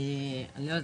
אני לא יודעת.